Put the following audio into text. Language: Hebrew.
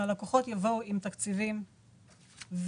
אם הלקוחות יבואו עם תקציבים והגדרות